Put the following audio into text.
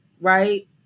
right